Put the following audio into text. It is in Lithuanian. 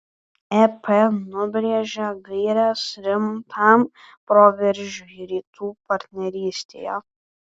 ep nubrėžė gaires rimtam proveržiui rytų partnerystėje